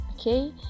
Okay